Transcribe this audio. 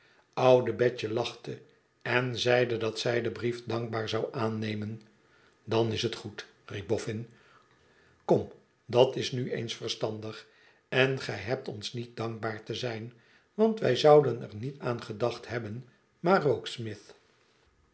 oude betje lachte en zeide dat zij den brief dankbaar zou aannemen idan is het goed riep boffin ikom dat s nu eens verstandig en gij hebt ons niet dankbaar te zijn want wij zouden er niet aan gedacht hebben maar